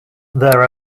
there